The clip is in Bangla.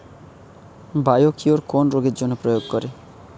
বায়োকিওর কোন রোগেরজন্য প্রয়োগ করে?